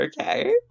okay